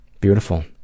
Beautiful